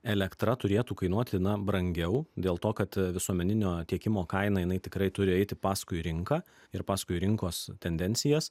elektra turėtų kainuoti brangiau dėl to kad visuomeninio tiekimo kaina jinai tikrai turi eiti paskui rinką ir paskui rinkos tendencijas